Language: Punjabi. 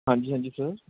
ਹਾਂਜੀ ਹਾਂਜੀ ਸਰ